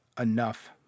enough